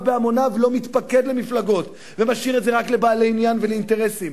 בהמוניו לא מתפקד למפלגות ומשאיר את זה רק לבעלי עניין ולאינטרסים.